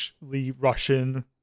russian